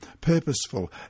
purposeful